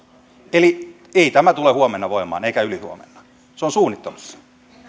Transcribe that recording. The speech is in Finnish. ei tämä tule huomenna voimaan eikä ylihuomenna tämä on suunnittelussa